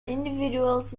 individuals